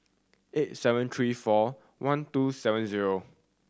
eight seven three four one two seven zero